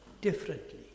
differently